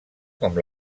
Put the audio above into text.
com